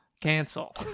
cancel